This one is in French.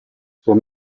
son